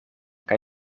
kaj